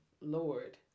Lord